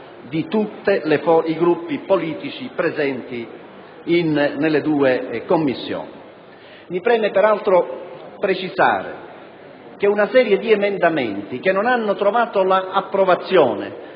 di tutti i Gruppi politici presenti nelle due Commissioni. Mi preme, peraltro, precisare che una serie di emendamenti che non hanno trovato accoglimento